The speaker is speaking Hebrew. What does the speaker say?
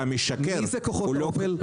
אתה משקר עכשיו.